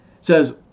says